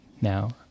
now